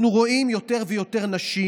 אנחנו רואים יותר ויותר נשים,